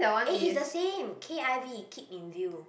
eh is the same K_I_V keep in view